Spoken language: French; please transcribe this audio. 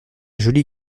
jolie